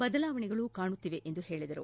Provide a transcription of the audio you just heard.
ಬದಲಾವಣೆಗಳು ಕಾಣುತ್ತಿವೆ ಎಂದರು